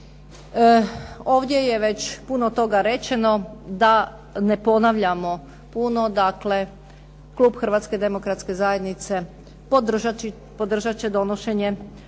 Ovdje je već puno toga rečeno, da ne ponavljamo puno dakle, klub Hrvatske demokratske zajednice podržat će donošenje